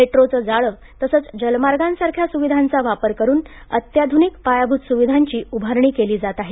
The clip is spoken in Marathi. मेट्रोचं जाळ जसंच जलमार्गांसारख्या सुविधांचा वापर करुन अत्याधुनिक पायाभुत सुविधांची उभारणी केली जात आहे